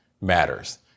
matters